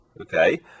okay